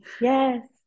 Yes